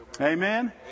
Amen